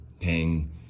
paying